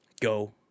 go